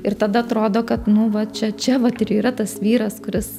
ir tada atrodo kad nu va čia čia vat ir yra tas vyras kuris